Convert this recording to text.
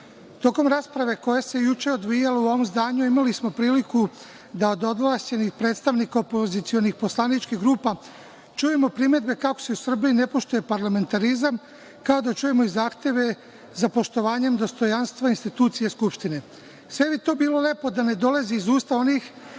Tokom rasprave koja se juče odvijala u ovom zdanju imali smo priliku da od ovlašćenih predstavnika opozicionih poslaničkih grupa čujemo primedbe kako se u Srbiji ne poštuje parlamentarizam, kao i da čujemo zahteve za poštovanje dostojanstva institucije Skupštine. Sve bi to bilo lepo da ne dolazi iz usta onih